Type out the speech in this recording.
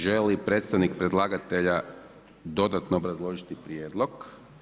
Želi li predstavnik predlagatelja dodatno obrazložiti prijedlog?